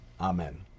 Amen